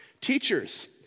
teachers